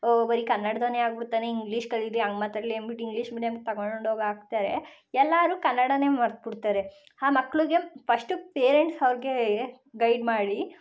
ಬರಿ ಕನ್ನಡದವ್ನೇ ಆಗ್ಬಿಡ್ತಾನೆ ಇಂಗ್ಲೀಷ್ ಕಲಿಯಲಿ ಹಂಗ್ ಮಾತಾಡಲಿ ಅಂದ್ಬಿಟ್ಟು ಇಂಗ್ಲೀಷ್ ಮೀಡಿಯಮ್ಗೆ ತಗೊಂಡೋಗಿ ಹಾಕ್ತಾರೆ ಎಲ್ಲರೂ ಕನ್ನಡನೇ ಮರ್ತು ಬಿಡ್ತಾರೆ ಆ ಮಕ್ಳಿಗೆ ಪಸ್ಟು ಪೇರೆಂಟ್ಸ್ ಅವ್ರ್ಗೆ ಗೈಡ್ ಮಾಡಿ